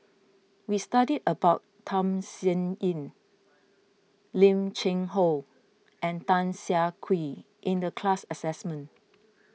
we studied about Tham Sien Yen Lim Cheng Hoe and Tan Siah Kwee in the class assessment